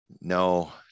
no